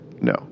No